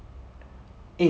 the